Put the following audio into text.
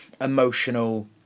emotional